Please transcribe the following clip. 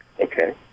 Okay